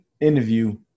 interview